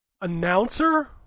Announcer